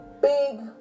big